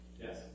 Yes